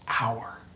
hour